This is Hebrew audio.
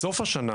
בסוף השנה,